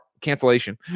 cancellation